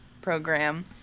program